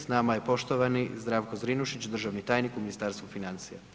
S nama je poštovani Zdravko Zrinušić, državni tajnik u Ministarstvu financija.